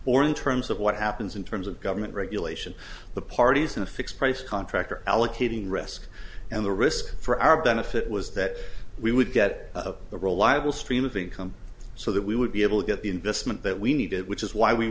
or in terms of what happens in terms of government regulation the parties in a fixed price contract are allocating risk and the risk for our benefit was that we would get the reliable stream of income so that we would be able to get the investment that we needed which is why we